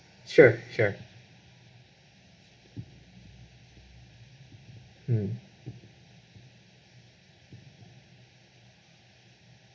sure sure um